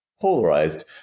polarized